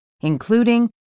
including